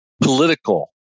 political